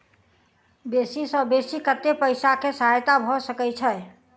बेसी सऽ बेसी कतै पैसा केँ सहायता भऽ सकय छै?